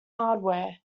hardware